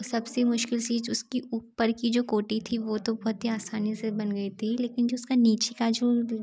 सब से मुश्किल चीज़ उसके ऊपर की जो कोटी थी वो तो बहुत ही आसानी से बन गई थी लेकिन जो उसका नीचे का जो